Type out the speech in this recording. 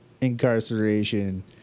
incarceration